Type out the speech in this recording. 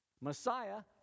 Messiah